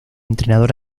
entrenador